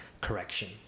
correction